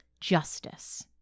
justice